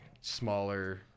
smaller